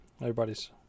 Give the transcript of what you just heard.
everybody's